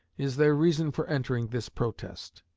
is their reason for entering this protest.